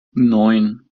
neun